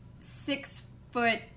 six-foot